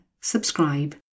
subscribe